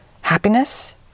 happiness